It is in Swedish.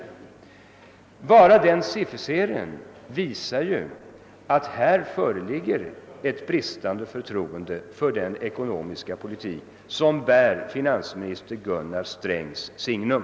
Enbart den sifferserien visar att det föreligger ett bristande förtroende för den ekonomiska politik som bär finansminister Gunnar Strängs signum.